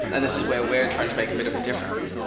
and this is where we're trying to make a bit of a difference.